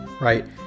right